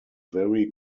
very